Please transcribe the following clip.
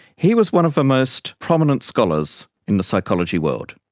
he was one of the most prominent scholars in the psychology world.